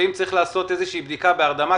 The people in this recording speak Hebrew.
ואם צריך לעשות איזושהי בדיקה בהרדמה,